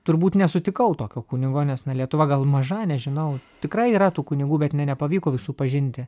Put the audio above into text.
turbūt nesutikau tokio kunigo nes na lietuva gal maža nežinau tikrai yra tų kunigų bet ne nepavyko visų pažinti